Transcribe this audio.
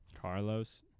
Carlos